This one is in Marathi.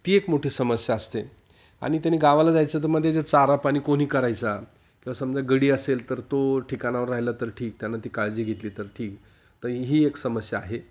ती एक मोठी समस्या असते आणि त्याने गावाला जायचं तर मग जे चारा पाणी कोणी करायचं किंवा समजा गडी असेल तर तो ठिकाणावर राहिला तर ठीक त्यांनं ती काळजी घेतली तर ठीक तर ही एक समस्या आहे